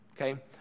Okay